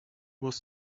was